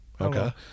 Okay